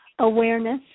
awareness